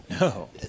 No